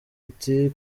iti